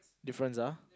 difference ah